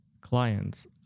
clients